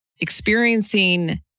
experiencing